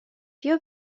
بیا